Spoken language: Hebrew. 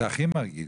זה הכי מרגיז,